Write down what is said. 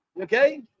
okay